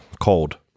cold